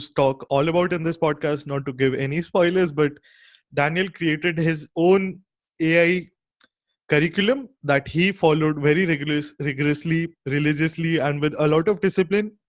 talk all about in this podcast not to give any spoilers, but daniel created his own ai curriculum that he followed very rigorous, rigorously, religiously and with a lot of discipline.